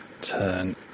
turn